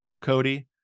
Cody